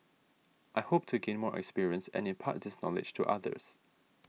I hope to gain more experience and impart this knowledge to others